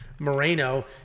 Moreno